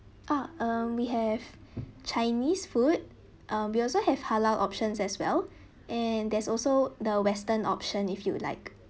ah um we have chinese food um we also have halal options as well and there's also the western option if you would like